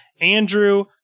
Andrew